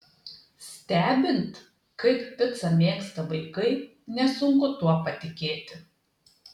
stebint kaip picą mėgsta vaikai nesunku tuo patikėti